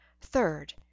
Third